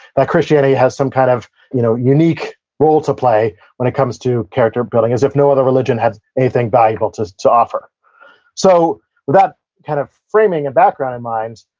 that christianity has some kind of you know unique role to play when it comes to character building, as if no other religion has anything valuable to to offer so, with that kind of framing and background in mind,